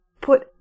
put